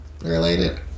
related